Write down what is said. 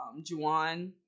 Juwan